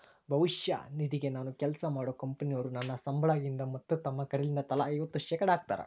ಭವಿಷ್ಯ ನಿಧಿಗೆ ನಾನು ಕೆಲ್ಸ ಮಾಡೊ ಕಂಪನೊರು ನನ್ನ ಸಂಬಳಗಿಂದ ಮತ್ತು ತಮ್ಮ ಕಡೆಲಿಂದ ತಲಾ ಐವತ್ತು ಶೇಖಡಾ ಹಾಕ್ತಾರ